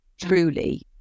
truly